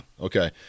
Okay